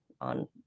on